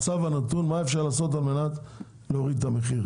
מה אפשר לעשות כדי להוריד את המחיר?